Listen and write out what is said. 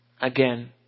Again